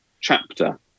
chapter